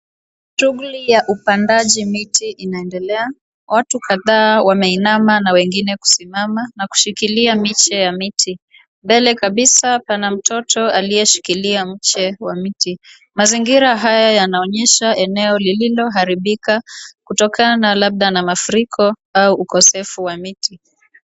Shughuli ya upandaji miti inaendelea. Watu kadhaa wameinama na wengine kusimama na kushikilia miche ya miti. Mbele kabisa pana mtoto aliyeshikilia mche wa miti. Mazingira haya yanaonyesha eneo lililoharibika kutokana labda na mafuriko au ukosefu wa miti.